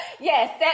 yes